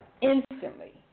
instantly